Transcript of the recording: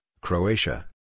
Croatia